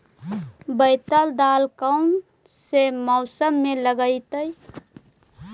बैतल दाल कौन से मौसम में लगतैई?